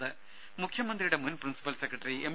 ദേദ മുഖ്യമന്ത്രിയുടെ മുൻ പ്രിൻസിപ്പൽ സെക്രട്ടറി എം